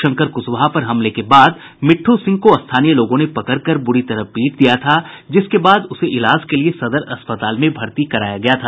शंकर कुशवाहा पर हमले के बाद मिठ्ठ सिंह को स्थानीय लोगों ने पकड़कर बुरी तरह पीट दिया था जिसके बाद उसे इलाज के लिए सदर अस्पताल में भर्ती कराया गया था